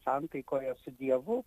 santaikoje su dievu